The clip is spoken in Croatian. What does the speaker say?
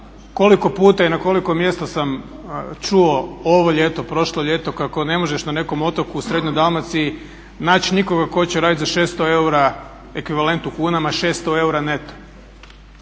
Koliko puta i na koliko mjesta sam čuo ovo ljeto, prošlo ljeto kako ne možeš na nekom otoku u srednjoj Dalmaciji naći nikoga tko će raditi za 600 eura ekvivalent u kunama 600 eura neto.